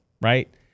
right